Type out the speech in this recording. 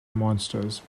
monsters